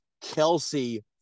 Kelsey